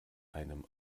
einem